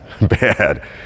Bad